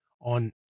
on